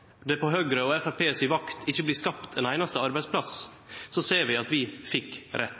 det på Høgre og Framstegspartiet si vakt ikkje blir skapt ein einaste arbeidsplass, ser vi at vi fekk rett.